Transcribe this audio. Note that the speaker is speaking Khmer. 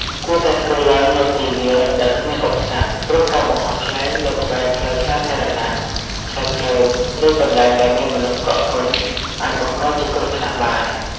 គួរតែធ្វើឡើងនៅទីវាលដែលគ្មានឧបសគ្គ ព្រោះការបង្ហោះខ្លែងនៅក្បែរ ផ្លូវសាធារណៈ ខ្សែភ្លើង ឬ កន្លែងដែលមានមនុស្សកកកុញ អាចបង្កជាគ្រោះថ្នាក់បាន។